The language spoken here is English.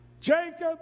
Jacob